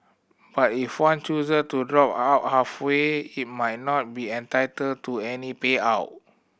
but if one choose to drop out halfway he might not be entitled to any payout